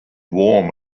warm